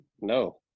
No